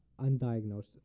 undiagnosed